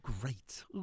great